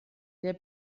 der